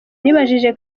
nibajije